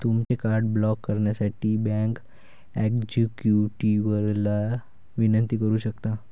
तुमचे card block करण्यासाठी bank एक्झिक्युटिव्हला विनंती करू शकता